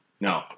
No